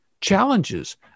challenges